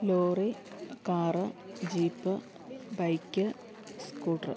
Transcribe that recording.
lorry car jeep bike scooter